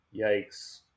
Yikes